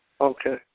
Okay